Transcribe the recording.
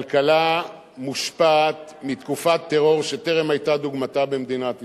כלכלה מושפעת מתקופת טרור שטרם היתה כדוגמתה במדינת ישראל.